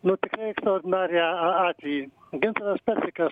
nu tikrai ekstraordinarią a atvejį gintaras petrikas